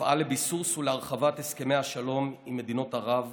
תפעל לביסוס ולהרחבת הסכמי השלום עם מדינות ערב,